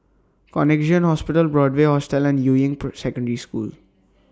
Connexion Hospital Broadway Hotel and Yuying Secondary School